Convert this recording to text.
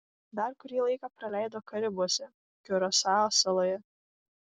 dar kurį laiką praleido karibuose kiurasao saloje